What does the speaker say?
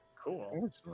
Cool